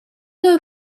though